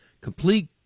complete